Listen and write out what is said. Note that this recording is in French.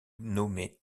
nommée